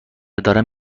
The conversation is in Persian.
دارن